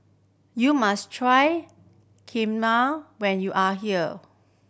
you must try Kheema when you are here